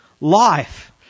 life